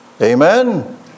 Amen